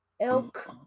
elk